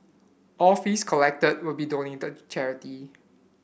all fees collected will be donated to charity